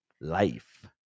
Life